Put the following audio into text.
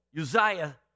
Uzziah